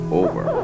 over